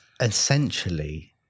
essentially